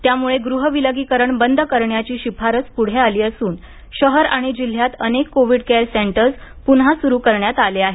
त्यामुळे ग्रह विलगीकरण बंद करण्याची शिफारस पुढे आली असून शहर आणि जिल्ह्यात अनेक कोव्हिड केअर सेंटर्स पुन्हा सुरू करण्यात आले आहेत